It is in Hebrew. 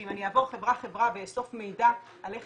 שאם אני אעבור חברה חברה ואאסוף מידע על איך